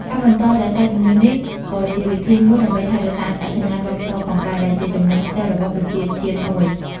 ការបន្តរក្សាជំនឿនេះក៏ជាវិធីមួយដើម្បីថែរក្សាអត្តសញ្ញាណវប្បធម៌ផងដែរ ដែលជាចំណុចពិសេសរបស់ប្រជាជាតិមួយ។